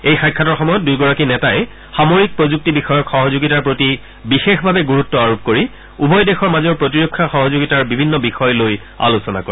এই সাক্ষাতৰ সময়ত দুয়োগৰাকী নেতাই সামৰিক প্ৰযুক্তি বিষয়ক সহযোগিতাৰ প্ৰতি বিশেষভাৱে গুৰুত্ব আৰোপ কৰি উভয় দেশৰ মাজৰ প্ৰতিৰক্ষা সহযোগিতাৰ বিভিন্ন বিষয় লৈ আলোচনা কৰে